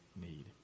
need